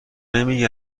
نمی